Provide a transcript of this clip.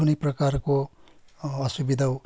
कुनै प्रकारको असुविधा